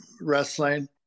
wrestling